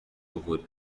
بخوری